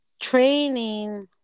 training